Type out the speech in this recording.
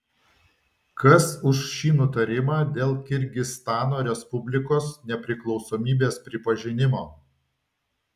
kas už šį nutarimą dėl kirgizstano respublikos nepriklausomybės pripažinimo